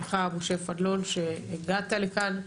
לך משה פדלון שהגעת לכאן,